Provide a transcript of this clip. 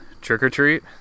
Trick-or-Treat